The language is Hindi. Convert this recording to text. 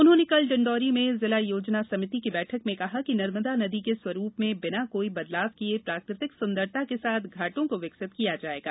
उन्होंने कल डिण्डोरी में जिला योजना समिति की बैठक में कहा कि नर्मदा नदी के स्वरूप में बिना कोई बदलाव किये प्राकृतिक सुंदरता के साथ घाटों को विकसित किया जायेगा